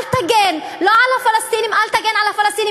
אל תגן, לא על הפלסטינים, אל תגן על הפלסטינים.